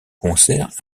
concerts